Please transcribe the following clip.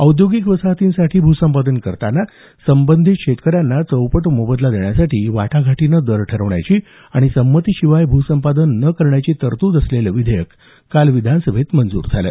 औद्योगिक वसाहतीसाठी भूसंपादन करतांना संबंधित शेतकऱ्यांना चौपट मोबदला देण्यासाठी वाटाघाटीनं दर ठरवण्याची आणि संमतीशिवाय भ्रसंपादन न करण्याची तरतूद असलेलं विधेयक काल विधानसभेत मंजूर झालं